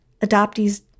adoptees